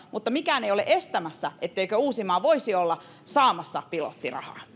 mutta mikään ei ole estämässä etteikö uusimaa voisi olla saamassa pilottirahaa